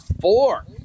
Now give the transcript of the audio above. four